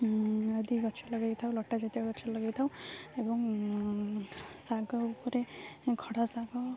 ଆଦି ଗଛ ଲଗାଇଥାଉ ଲଟା ଜାତୀୟ ଗଛ ଲଗାଇଥାଉ ଏବଂ ଶାଗ ଉପରେ ଖଡ଼ା ଶାଗ